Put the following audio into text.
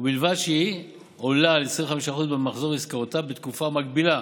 ובלבד שהיא עולה על 25% ממחזור עסקאותיו בתקופה המקבילה